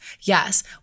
yes